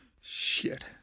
Shit